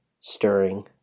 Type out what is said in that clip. stirring